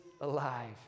alive